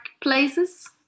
places